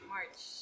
March